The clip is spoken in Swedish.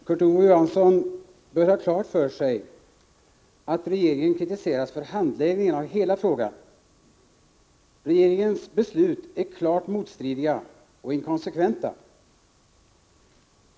Herr talman! Kurt Ove Johansson bör ha klart för sig att regeringen kritiseras för handläggningen av hela frågan. Regeringens beslut är klart motstridiga och inkonsekventa.